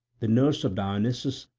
the nurse of dionysus,